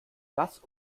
lass